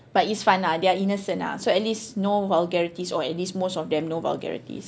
but it's fun lah they are innocent ah so at least no vulgarities or at least most of them no vulgarities